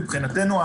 מבחינתנו,